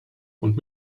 und